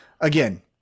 Again